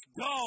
go